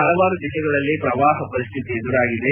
ಹಲವಾರು ಜಿಲ್ಲೆಗಳಲ್ಲಿ ಪ್ರವಾಹ ಪರಿಸ್ಥಿತಿ ಎದುರಾಗಿದೆ